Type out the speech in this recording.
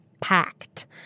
packed